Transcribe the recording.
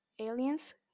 aliens